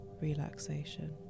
relaxation